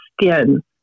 skin